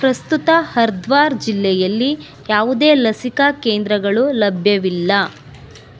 ಪ್ರಸ್ತುತ ಹರಿದ್ವಾರ್ ಜಿಲ್ಲೆಯಲ್ಲಿ ಯಾವುದೇ ಲಸಿಕಾ ಕೇಂದ್ರಗಳು ಲಭ್ಯವಿಲ್ಲ